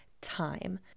time